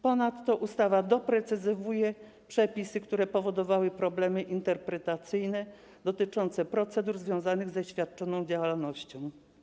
Ponadto ustawa doprecyzowuje przepisy, które powodowały problemy interpretacyjne dotyczące procedur związanych ze świadczoną działalnością.